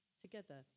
together